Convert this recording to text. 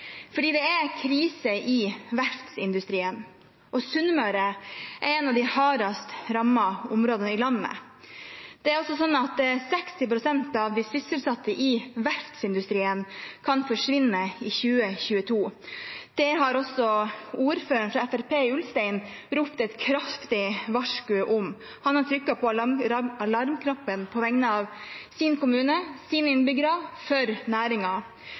Det er krise i verftsindustrien, og Sunnmøre er et av de hardest rammede områdene i landet. Det er altså sånn at arbeidsplassene til 60 pst. av de sysselsatte i verftsindustrien kan forsvinne i 2022. Det har også ordføreren fra Fremskrittspartiet i Ulstein ropt et kraftig varsku om. Han har trykket på alarmknappen på vegne av sin kommune, sine innbyggere